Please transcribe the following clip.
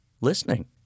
listening